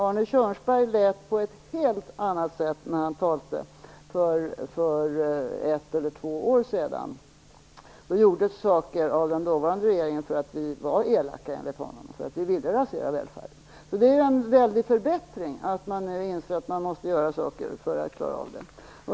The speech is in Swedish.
Arne Kjörnsberg lät på ett helt annat sätt när han talade för ett eller två år sedan. Enligt honom gjordes det då saker av den dåvarande regeringen därför att vi i den var elaka och ville rasera välfärden. Det är en väldig förbättring att man nu inser att man måste göra saker för att klara den.